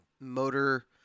motor